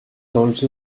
also